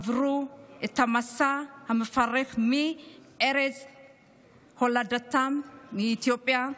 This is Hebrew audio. שעברו את המסע המפרך מארץ הולדתם, מאתיופיה,